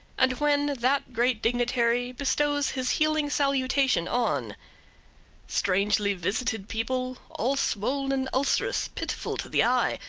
and when that great dignitary bestows his healing salutation on strangely visited people, all swoln and ulcerous, pitiful to the eye,